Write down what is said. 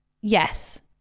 Yes